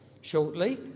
Shortly